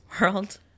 world